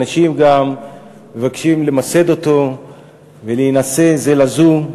אנשים גם מבקשים למסד אותו ולהינשא זה לזו.